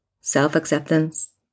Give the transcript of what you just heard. self-acceptance